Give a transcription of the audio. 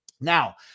Now